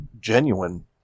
genuine